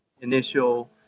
initial